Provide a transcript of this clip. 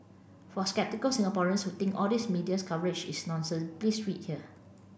for sceptical Singaporeans who think all these medias coverage is nonsense please read here